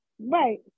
right